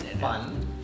fun